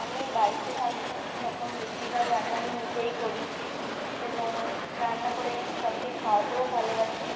আমি বাড়িতে থাকি যখন বেশিরভাগ রান্না আমি নিজেই করি এবং রান্না করে সবাইকে খাওয়াতেও ভালোবাসি